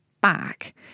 back